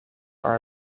are